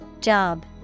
Job